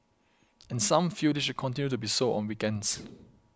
and some feel this should continue to be so on weekends